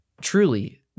Truly